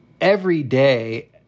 everyday